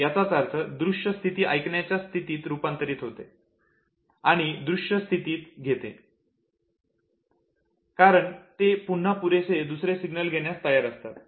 याचाच अर्थ दृश्य स्थिती ऐकण्याच्या स्थितीत रूपांतरित होते आणि पुन्हा दृश्य स्थितीत घेते कारण ते पुन्हा पुरेसे दुसरे सिग्नल घेण्यास तयार असतात